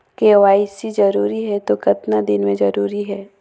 KYC जरूरी हे तो कतना दिन मे जरूरी है?